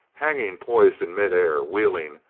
hanging poised in mid-air, wheeling,